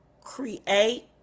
create